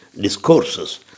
discourses